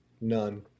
None